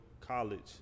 college